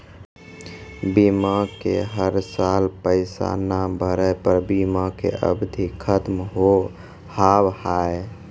बीमा के हर साल पैसा ना भरे पर बीमा के अवधि खत्म हो हाव हाय?